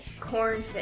Cornfish